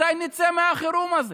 מתי נצא מהחירום הזה?